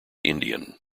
indian